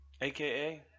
aka